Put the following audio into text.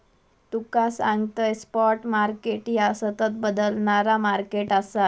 तुका सांगतंय, spot market ह्या सतत बदलणारा मार्केट आसा